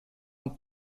und